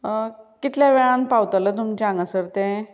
कितल्या वेळान पावतलो तुमचें हांगासर तें